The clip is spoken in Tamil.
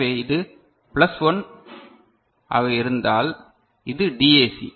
எனவே இது பிளஸ் 1 ஆக இருந்தால் இது டிஏசி